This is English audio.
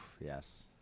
yes